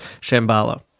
Shambhala